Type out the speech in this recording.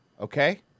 okay